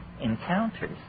encounters